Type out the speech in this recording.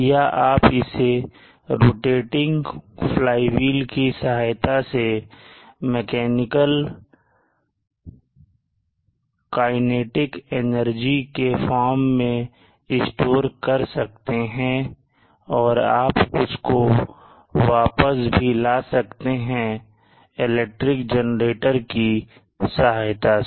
या आप इसे रोटेटिंग फ्लाईव्हील के सहायता से मैकेनिकल काइनेटिक एनर्जी के फॉर्म में स्टोर कर सकते हैं और आप उसको वापस भी ला सकते हैं इलेक्ट्रिक जेनरेटर की सहायता से